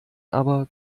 aber